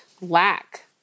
lack